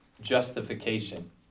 justification